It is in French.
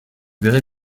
verrez